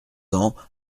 ans